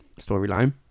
storyline